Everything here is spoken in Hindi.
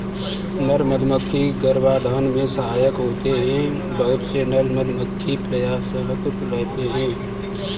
नर मधुमक्खी गर्भाधान में सहायक होते हैं बहुत से नर मधुमक्खी प्रयासरत रहते हैं